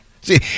See